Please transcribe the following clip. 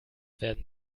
werden